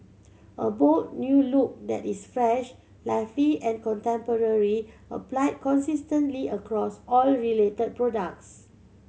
a bold new look that is fresh lively and contemporary applied consistently across all related products